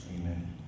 Amen